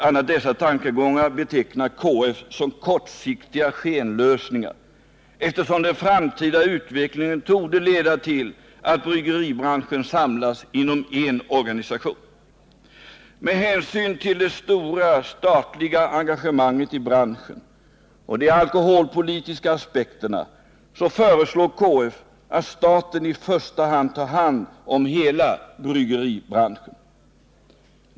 a. dessa tankegångar betecknar KF som kortsiktiga skenlösningar, ”eftersom den framtida utvecklingen torde leda till att bryggeribranschen samlas inom en organisation”. ”Med hänsyn till det stora statliga engagemanget i branschen och de alkoholpolitiska aspekterna”, föreslår KF att staten i första hand tar 213 hand om hela bryggeribranschen.